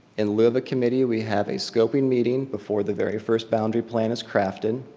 in lieu of a committee we have a scoping meeting before the very first boundary plan is crafted.